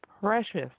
precious